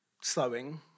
slowing